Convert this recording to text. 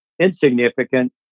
insignificant